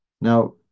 Now